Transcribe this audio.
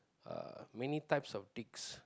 uh many types of dicks